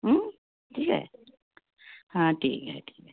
हं ठीक आहे हां ठीक आहे ठीक आहे